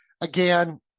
Again